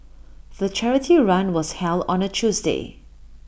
the charity run was held on A Tuesday